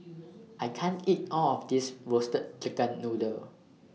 I can't eat All of This Roasted Chicken Noodle